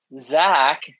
zach